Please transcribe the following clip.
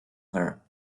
her